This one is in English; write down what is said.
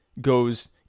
goes